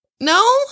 no